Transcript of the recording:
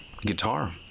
guitar